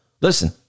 Listen